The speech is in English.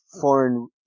foreign